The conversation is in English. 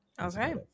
okay